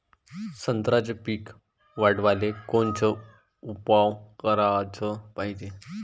संत्र्याचं पीक वाढवाले कोनचे उपाव कराच पायजे?